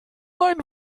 mein